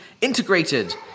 integrated